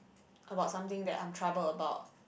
about something that I'm trouble about